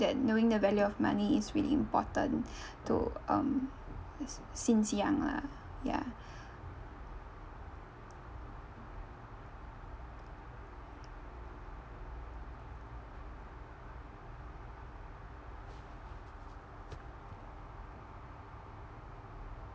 that knowing the value of money is really important to um since young lah ya